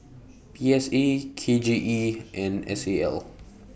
P S A K J E and S A L